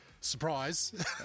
surprise